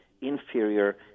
inferior